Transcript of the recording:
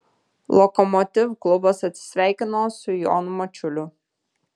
lokomotiv klubas atsisveikino su jonu mačiuliu